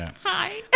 hi